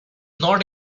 not